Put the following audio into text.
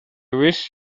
wish